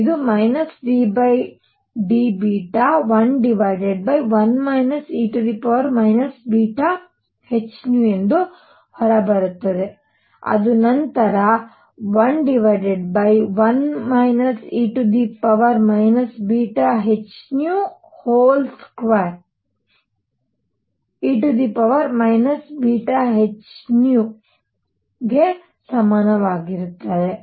ಇದು ddβ11 e βhν ಎಂದು ಹೊರಬರುತ್ತದೆ ಅದು ನಂತರ 11 e βhν2e βhνhν ಗೆ ಸಮಾನವಾಗಿರುತ್ತದೆ